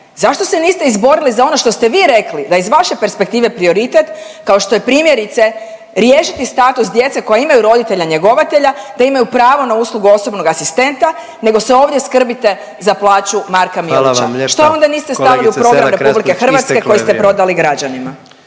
zašto se niste izborili za ono što ste vi rekli da je iz vaše perspektive prioritet, kao što je primjerice riješiti status djece koja imaju roditelja njegovatelja te imaju pravo na uslugu osobnog asistenta nego se ovdje skrbite za plaću Marka Milića. …/Upadica predsjednik: Hvala vam lijepa./… Što onda niste stavili …/Upadica